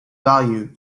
value